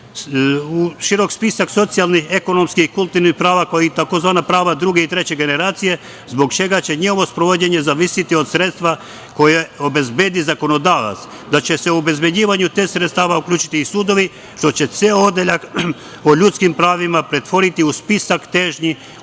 širok spisak socijalnih, ekonomskih i kulturnih prava, kao i tzv. prava druge i treće generacije, zbog čega će njihovo sprovođenje zavisiti od sredstva koja obezbedi zakonodavac da će se u obezbeđivanju tih sredstava uključiti i sudovi, što će ceo odeljak o ljudskim pravima pretvoriti u spisak težnji, umesto,